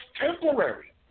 temporary